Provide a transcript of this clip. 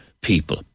people